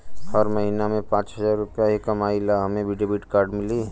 हम महीना में पाँच हजार रुपया ही कमाई ला हमे भी डेबिट कार्ड मिली?